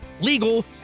legal